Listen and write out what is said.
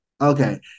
okay